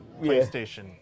PlayStation